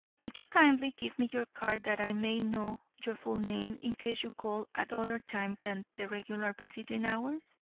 would you kindly give me your card that i may know your full name in case you call at other times than the regular visiting hours?